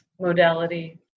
modality